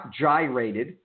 gyrated